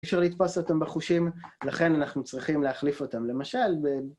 ‫אי אפשר לתפוס אותם בחושים, ‫לכן אנחנו צריכים להחליף אותם. ‫למשל, ב...